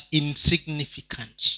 insignificant